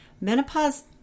menopause